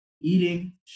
eating